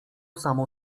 samo